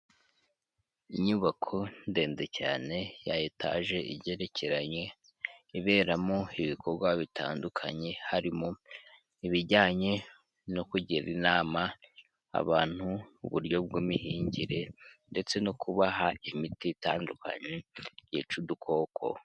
Inyubako ndende cyane ya etaje igerekeranye iberamo ibikorwa bitandukanye, harimo ibijyanye no kugira inama abantu uburyo bw'imihingire ndetse no kubaha imiti itandukanye yica udukoko.